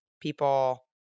people